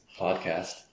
podcast